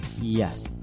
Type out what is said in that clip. Yes